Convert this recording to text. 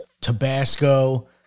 Tabasco